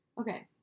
Okay